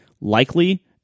likely